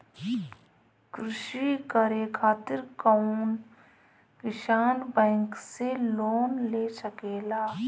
कृषी करे खातिर कउन किसान बैंक से लोन ले सकेला?